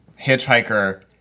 Hitchhiker